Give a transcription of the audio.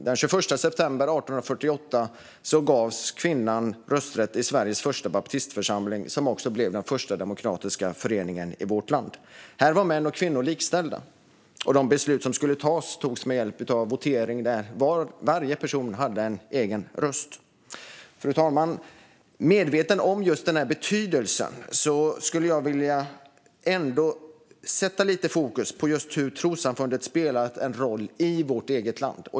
Den 21 september 1848 gavs kvinnor rösträtt i Sveriges första baptistförsamling, som också blev den första demokratiska föreningen i vårt land. Här var män och kvinnor likställda, och de beslut som skulle tas togs med hjälp av votering där varje person hade en egen röst. Fru talman! Medveten om just den betydelsen skulle jag vilja fokusera lite på hur trossamfund har spelat en roll i vårt land.